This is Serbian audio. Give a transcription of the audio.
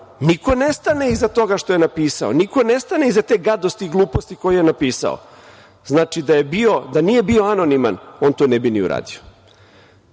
niko ne stane iza toga što je napisao, niko ne stane iza te gadosti, gluposti koju je napisao. Znači, da nije bio anoniman, on to ne bi ni uradio. Mislim